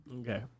Okay